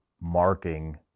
marking